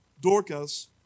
Dorcas